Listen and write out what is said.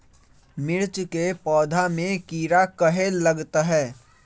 मिर्च के पौधा में किरा कहे लगतहै?